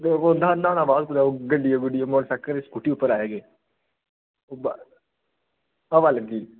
न्हानै बाद कुतै ओह् गड्डिया गुड्डियै मोटरसैकल जां स्कूटी उप्पर आए केह् ओह् बा हवा लग्गी